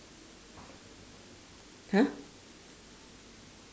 !huh!